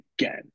again